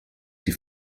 die